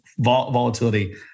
Volatility